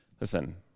Listen